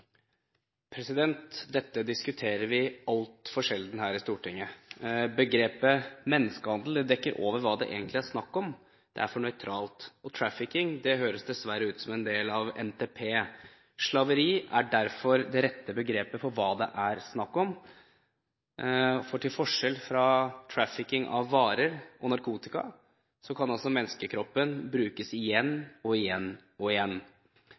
nettverk. Dette diskuterer vi altfor sjelden her i Stortinget. Begrepet «menneskehandel» dekker over hva det egentlig er snakk om – det er for nøytralt. Trafficking høres dessverre ut som en del av NTP. Slaveri er derfor det rette begrepet for hva det er snakk om, for til forskjell fra trafficking av varer og narkotika, kan menneskekroppen brukes igjen og igjen. Innfallsvinkelen til de tre interpellantene er kvinner, barn og